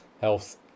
health